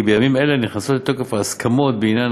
כי בימים אלה נכנסות לתוקף ההסכמות בעניין